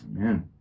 Amen